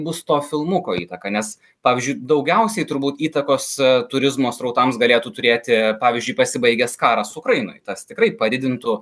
bus to filmuko įtaka nes pavyzdžiui daugiausiai turbūt įtakos turizmo srautams galėtų turėti pavyzdžiui pasibaigęs karas ukrainoj tas tikrai padidintų